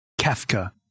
Kafka